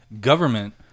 government